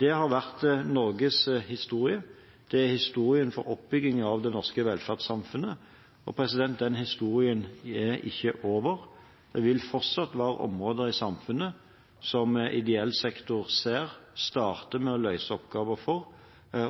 Det har vært Norges historie. Det er historien for oppbyggingen av det norske velferdssamfunnet, og den historien er ikke over. Det vil fortsatt være områder i samfunnet som ideell sektor ser, starter med å løse oppgaver for,